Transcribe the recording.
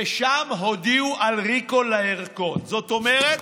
ושם הודיעו על recall לערכות, זאת אומרת,